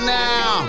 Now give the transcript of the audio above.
now